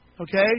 Okay